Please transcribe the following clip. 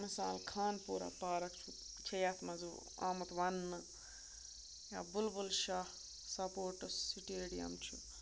مِثال خانپورہ پارَک چھُ چھےٚ یَتھ منٛز آمُت وَننہٕ یا بُلبُل شاہ سپوٹٕس سِٹیڈیَم چھُ